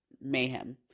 mayhem